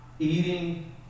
Eating